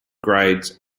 grades